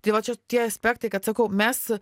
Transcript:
tai va čia tie aspektai kad sakau mes